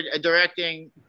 directing